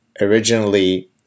originally